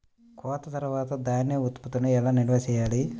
కోత తర్వాత ధాన్య ఉత్పత్తులను ఎలా నిల్వ చేయాలి?